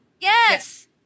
yes